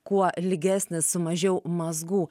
kuo lygesnis su mažiau mazgų